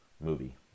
movie